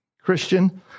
Christian